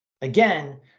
Again